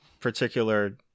particular